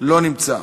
לא נמצא,